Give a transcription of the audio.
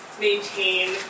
maintain